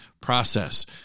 process